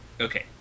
Okay